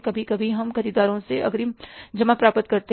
कभी कभी हम खरीदारों से अग्रिम जमा प्राप्त करते हैं